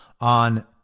on